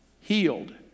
Healed